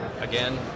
Again